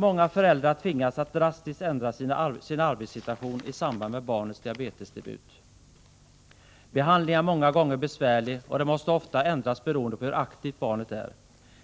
Många föräldrar tvingas att drastiskt ändra sin Behandlingen är många gånger besvärlig, och den måste ofta ändras beroende på hur aktivt barnet är.